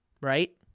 right